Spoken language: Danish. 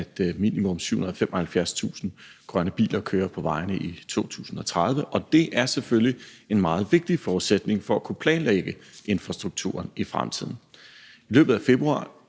at minimum 775.000 grønne biler kører på vejene i 2030. Og det er selvfølgelig en meget vigtig forudsætning for at kunne planlægge infrastrukturen i fremtiden. I løbet af februar